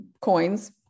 coins